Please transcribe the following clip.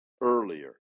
earlier